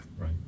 Right